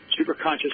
superconscious